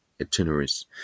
itineraries